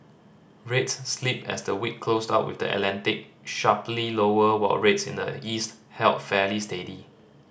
rates slipped as the week closed out with the Atlantic sharply lower while rates in the east held fairly steady